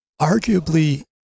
arguably